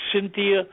cynthia